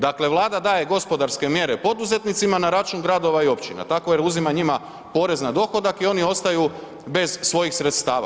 Dakle, Vlada daje gospodarske mjere poduzetnicima na račun gradova i općina, tako jer uzima njima porez na dohodak i oni ostaju bez svojih sredstava.